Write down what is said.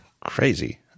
crazy